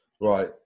Right